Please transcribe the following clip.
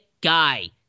guy